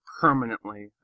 permanently